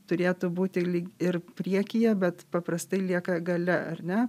turėtų būti lyg ir priekyje bet paprastai lieka gale ar ne